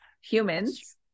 humans